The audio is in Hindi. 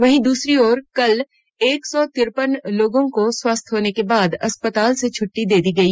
वहीं दूसरी ओर कल एक सौं तिरपन लोगों को स्वस्थ होने के बाद अस्पतालों से छुट्टी दे दी गई